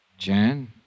Jan